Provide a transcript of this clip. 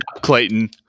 Clayton